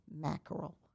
mackerel